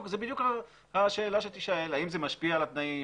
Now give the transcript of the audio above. זאת בדיוק השאלה שתישאל, האם זה משפיע על התנאים.